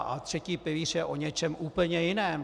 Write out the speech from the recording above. A třetí pilíř je o něčem úplně jiném.